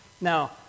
Now